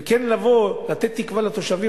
וכן לתת תקווה לתושבים,